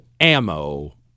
ammo